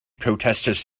protesters